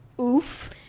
Oof